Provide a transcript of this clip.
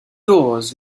doors